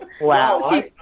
Wow